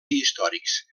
històrics